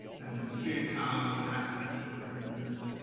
and just curious how that conceptual frame emerged.